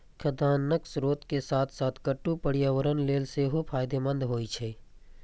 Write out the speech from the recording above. खाद्यान्नक स्रोत के साथ साथ कट्टू पर्यावरण लेल सेहो फायदेमंद होइ छै